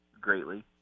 greatly